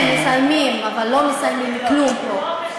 כן, מסיימים, אבל לא מסיימים כלום פה.